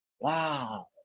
Wow